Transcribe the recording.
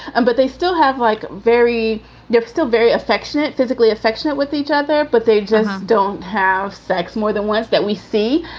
and but they still have, like, very they're still very affectionate, physically affectionate with each other, but they just don't have sex more than once that we see.